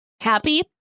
Happy